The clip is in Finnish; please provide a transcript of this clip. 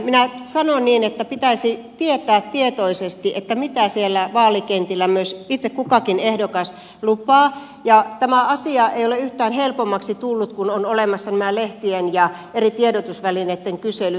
minä sanoin niin että pitäisi tietää tietoisesti mitä siellä vaalikentillä myös itse kukakin ehdokas lupaa ja tämä asia ei ole yhtään helpommaksi tullut kun on olemassa nämä lehtien ja eri tiedotusvälineitten kyselyt